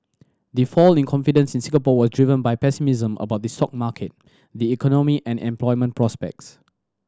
the fall in confidence in Singapore was driven by pessimism about the sock market the economy and employment prospects